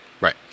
right